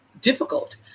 difficult